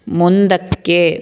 ಮುಂದಕ್ಕೆ